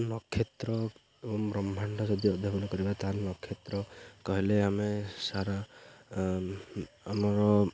ନକ୍ଷତ୍ର ଏବଂ ବ୍ରହ୍ମାଣ୍ଡ ଯଦି ଅଧ୍ୟୟନ କରିବା ତା ନକ୍ଷତ୍ର କହିଲେ ଆମେ ସାରା ଆମର